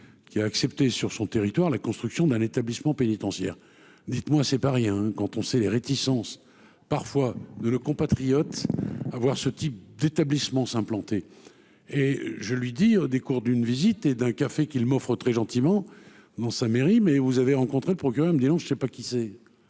qui a accepté sur son territoire, la construction d'un établissement pénitentiaire, dites-moi, c'est pas rien quand on sait les réticences parfois de le compatriote avoir ce type d'établissement s'implanter et je lui dis : des cours d'une visite et d'un café qu'ils m'offrent très gentiment dans sa mairie, mais vous avez rencontré le procureur, elle me dit : non, je ne sais pas qui c'est,